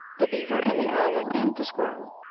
the beaver and the owl and the squirrel,